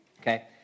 okay